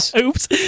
Oops